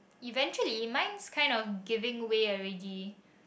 eventually mine's kind of giving way already